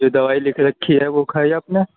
جو دوائی لِکھ رکھی ہے وہ کھائی آپ نے